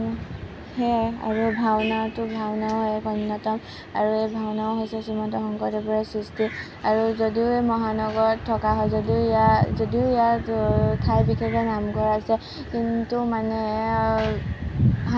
সেয়াই আৰু ভাওনাতো ভাওনাও এক অন্য়তম আৰু এই ভাওনাও হৈছে শ্ৰীমন্ত শংকৰদেৱৰে সৃষ্টি আৰু যদিও এই মহানগৰত থকা হয় যদিও ইয়াত যদিও ইয়াত ঠাই বিশেষে নামঘৰ আছে কিন্তু মানে